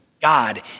God